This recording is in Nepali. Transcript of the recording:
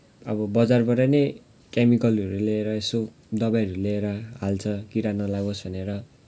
अब बजारबाट नै क्यामिकलहरू ल्याएर यसो दबाईहरू ल्याएर हाल्छ किरा नलागोस् भनेर